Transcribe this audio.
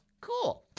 cool